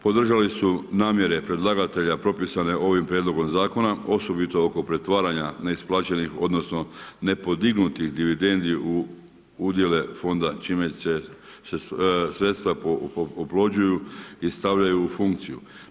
Podržali su namjere predlagatelja propisane ovim prijedlogom zakona, osobito oko pretvaranja neisplaćenih odnosno, nepodignutih dividendi udjele fonda, čime se sredstva oplođuju i stavljaju u funkciju.